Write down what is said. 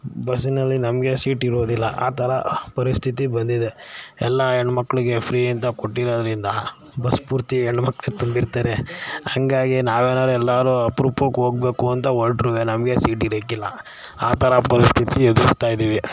ಬಸ್ಸಿನಲ್ಲಿ ನಮಗೆ ಸೀಟಿರೋದಿಲ್ಲ ಆ ಥರ ಪರಿಸ್ಥಿತಿ ಬಂದಿದೆ ಎಲ್ಲ ಹೆಣ್ಮಕ್ಳಿಗೆ ಫ್ರೀ ಅಂತ ಕೊಟ್ಟಿರೋದರಿಂದ ಬಸ್ ಪೂರ್ತಿ ಹೆಣ್ಮಕ್ಳು ತುಂಬಿರ್ತಾರೆ ಹಾಗಾಗಿ ನಾವೇನಾರು ಎಲ್ಲರೂ ಅಪ್ರೂಪಕ್ಕೆ ಹೋಗ್ಬೇಕು ಅಂತ ಹೊರಟ್ರೂ ನಮಗೆ ಸೀಟಿರಕ್ಕಿಲ್ಲ ಆ ಥರ ಪರಿಸ್ಥಿತಿ ಎದುರಿಸ್ತಾಯಿದ್ದೀವಿ